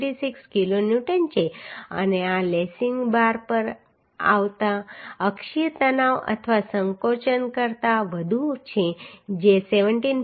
36 kilonewton છે અને આ લેસિંગ બાર પર આવતા અક્ષીય તણાવ અથવા સંકોચન કરતાં વધુ છે જે 17